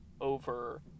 over